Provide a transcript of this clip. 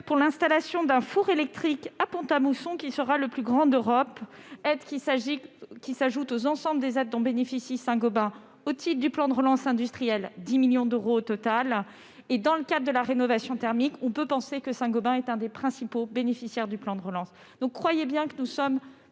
pour l'installation d'un four électrique à Pont-à-Mousson, qui sera le plus grand d'Europe. Cette aide s'ajoute à l'ensemble de celles dont bénéficie Saint-Gobain au titre du plan de relance industriel, soit 10 millions d'euros au total. Dans le cadre de la rénovation thermique, on peut d'ailleurs penser que Saint-Gobain est l'un des principaux bénéficiaires du plan de relance. Croyez bien que nous sommes